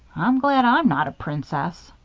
i'm glad i'm not a princess,